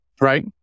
right